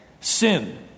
sin